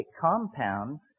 compounds